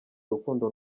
urukundo